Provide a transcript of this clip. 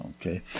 Okay